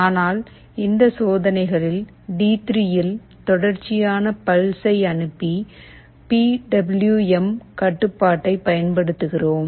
ஆனால் இந்த சோதனைகளில் டி3 இல் தொடர்ச்சியான பல்ஸ் அனுப்ப பி டபிள்யு எம் கட்டுப்பாட்டைப் பயன்படுத்துகிறோம்